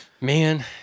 Man